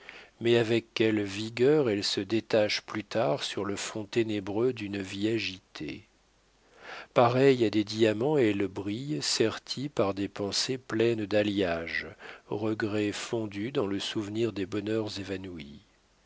mais avec quelle vigueur elles se détachent plus tard sur le fond ténébreux d'une vie agitée pareilles à des diamants elles brillent serties par des pensées pleines d'alliage regrets fondus dans le souvenir des bonheurs évanouis